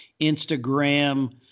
Instagram